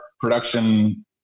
production